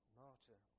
martyr